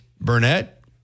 Burnett